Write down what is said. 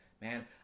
man